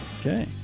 Okay